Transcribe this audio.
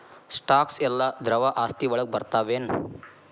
Stocks ಯೆಲ್ಲಾ ದ್ರವ ಆಸ್ತಿ ವಳಗ್ ಬರ್ತಾವೆನ?